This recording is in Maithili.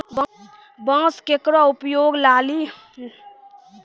बांस केरो उपयोग लाठी बनाय क जानवर कॅ मारै के भी काम आवै छै